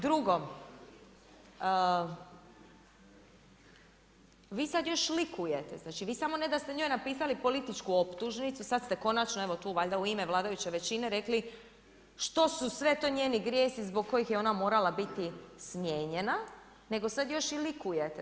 Drugo, vi sada još likujete, znači vi samo ne da ste njoj napisali političku optužnicu, sada ste konačno tu evo valjda u ime vladajuće većine rekli što su sve to njeni grijesi zbog kojih je ona morala biti smijenjena nego sada još i likujete.